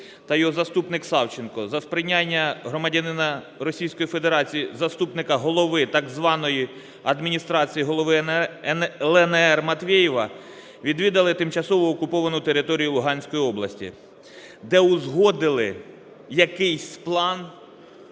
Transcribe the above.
та його заступник Савченко за сприяння громадянина Російської Федерації заступника голови так званої адміністрації голови "ЛНР" Матвєєва відвідали тимчасово окуповану територію Луганської області, де узгодили якийсь план